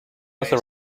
also